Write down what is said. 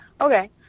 Okay